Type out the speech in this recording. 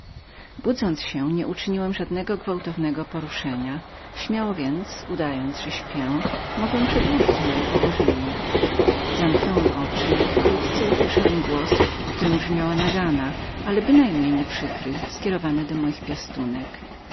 budząc się nie uczyniłem żadnego gwałtownego poruszenia śmiało więc udając że spię mogłem przedłużyć moje położenie zamknąłem oczy i wkrótce usłyszałem głos nieco surowy ale bynajmniej nie przykry który zwracając się do moich piastunek